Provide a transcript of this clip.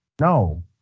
No